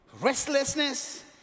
restlessness